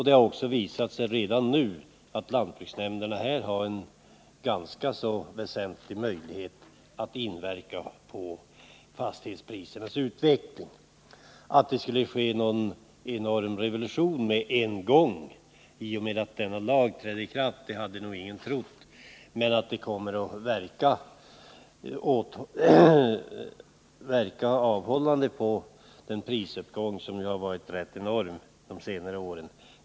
Det har ju också redan nu visat sig att lantbruksnämnderna därigenom har fått väsentligt förbättrade möjligheter att inverka på fastighetsprisernas utveckling. Att det skulle inträffa någon enormt revolutionerande förändring i och med att denna lag trädde i kraft hade väl ingen trott, men det har redan visat sig att den kommer att verka avhållande på prisuppgången, som har varit enorm under de senare åren.